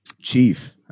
Chief